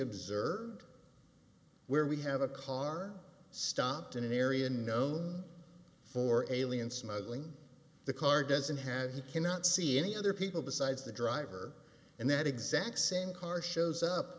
observed where we have a car stopped in an area known for alien smuggling the car doesn't have he cannot see any other people besides the driver and that exact same car shows up